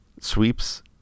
Sweeps